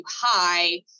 high